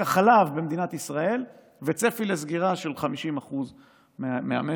החלב במדינת ישראל וצפי לסגירה של 50% מהמשק.